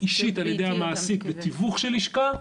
אישית על ידי המעסיק בתיווך של לשכה,